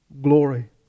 glory